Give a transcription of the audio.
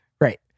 Right